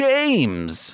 James